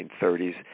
1930s